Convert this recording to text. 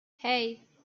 hey